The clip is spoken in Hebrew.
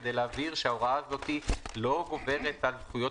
כדי להבהיר שההוראה לא גוברת על זכויות